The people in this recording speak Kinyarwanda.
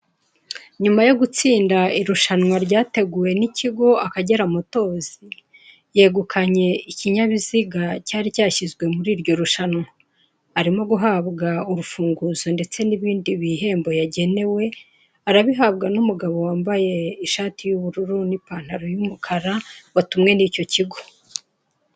Nyuma yo gutsinda irushanwa ryateguwe n'ikigo akagera motos, yegukanye ikinyabiziga cyari cyashyizwe muri iryo rushanwa arimo guhabwa urufunguzo ndetse n'ibindi bihembo yagenewe arabihabwa n'umugabo wambaye ishati y'ubururu n'ipantaro y'umukara watumwe n'icyo kigo.